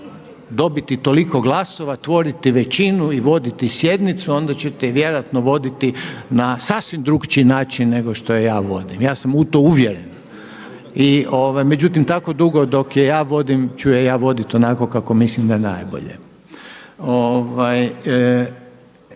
dobiti toliko glasova, tvoriti većinu i voditi sjednicu onda ćete je vjerojatno voditi na sasvim drukčiji način nego što je ja vodim. Ja sam u to uvjeren. Međutim, tako dugo dok je ja vodim ću je ja voditi onako kako mislim da je najbolje.